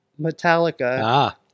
Metallica